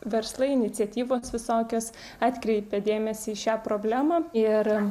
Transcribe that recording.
verslai iniciatyvas visokias atkreipė dėmesį į šią problemą ir